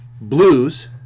Blues